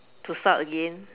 to start again